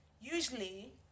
usually